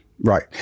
Right